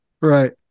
right